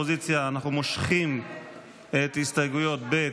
לבקשת האופוזיציה אנחנו מושכים את הסתייגויות ב',